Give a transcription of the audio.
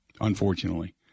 Unfortunately